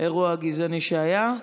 האירוע הגזעני שהיה.